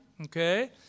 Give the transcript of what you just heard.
Okay